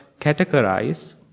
categorize